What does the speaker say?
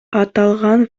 аталган